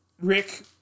Rick